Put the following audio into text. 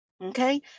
Okay